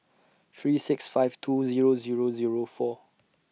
three six five two Zero Zero Zero four